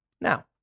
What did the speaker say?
Now